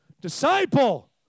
disciple